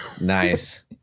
Nice